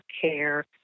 Care